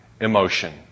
emotion